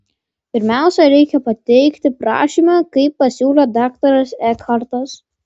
pirmiausia reikia pateikti prašymą kaip pasiūlė daktaras ekhartas